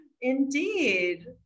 Indeed